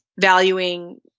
valuing